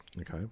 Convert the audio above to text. Okay